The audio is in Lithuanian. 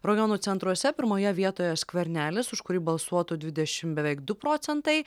rajonų centruose pirmoje vietoje skvernelis už kurį balsuotų dvidešim beveik du procentai